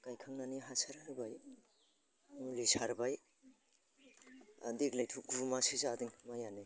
गायखांनानै हासार होबाय मुलि सारबाय देग्लायथ' गुमासो जादों माइआनो